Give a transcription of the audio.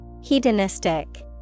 Hedonistic